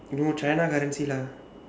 no china currency lah